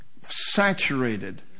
saturated